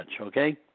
okay